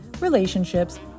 relationships